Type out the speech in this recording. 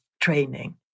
training